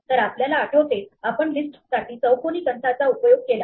तर आपल्याला आठवते आपण लिस्ट साठी चौकोनी कंसाचा उपयोग केला